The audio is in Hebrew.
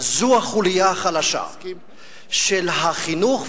זו החוליה החלשה של החינוך.